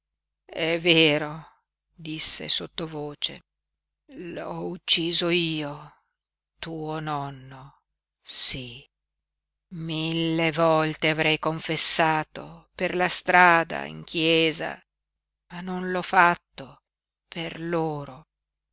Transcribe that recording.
è vero disse sottovoce l'ho ucciso io tuo nonno sí mille volte avrei confessato per la strada in chiesa ma non l'ho fatto per loro